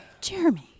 Jeremy